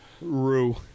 Rue